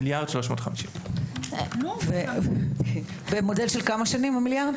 מיליארד 350. מודל של כמה שנים המיליארד?